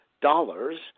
dollars